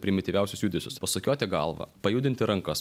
primityviausius judesius pasukioti galvą pajudinti rankas